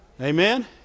Amen